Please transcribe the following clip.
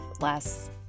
less